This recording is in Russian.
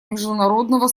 международного